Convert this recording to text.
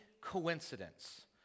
coincidence